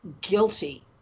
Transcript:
guilty